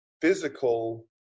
physical